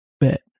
bet